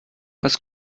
was